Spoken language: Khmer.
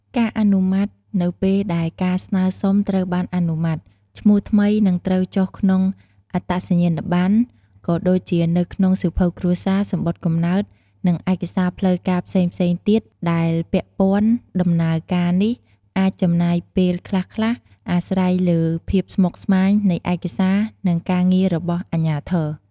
ការអនុម័ត នៅពេលដែលការស្នើសុំត្រូវបានអនុម័ត ឈ្មោះថ្មីនឹងត្រូវចុះក្នុងអត្តសញ្ញាណប័ណ្ណ ក៏ដូចជានៅក្នុងសៀវភៅគ្រួសារ សំបុត្រកំណើត និងឯកសារផ្លូវការផ្សេងៗទៀតដែលពាក់ព័ន្ធ ដំណើរការនេះអាចចំណាយពេលខ្លះៗ អាស្រ័យលើភាពស្មុគស្មាញនៃឯកសារនិងការងាររបស់អាជ្ញាធរ។